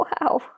Wow